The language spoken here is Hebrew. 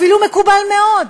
אפילו מקובל מאוד.